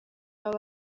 baba